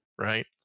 right